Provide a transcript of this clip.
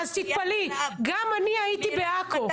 אז תתפלאי, גם אני הייתי בעכו,